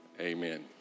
Amen